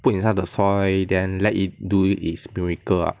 put inside the soy then let it do it's miracle ah